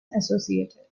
associated